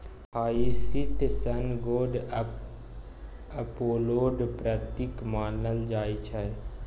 hyacinth सन गोड अपोलोक प्रतीक मानल जाइ छै